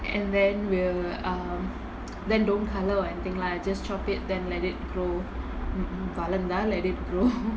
and then we'll um then don't color or anything lah just chop it then let it grow வளர்ந்தா:valarnthaa let it grow